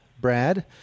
Brad